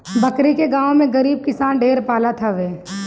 बकरी के गांव में गरीब किसान ढेर पालत हवे